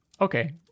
Okay